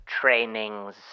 Trainings